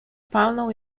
palnął